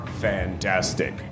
fantastic